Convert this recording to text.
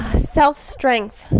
self-strength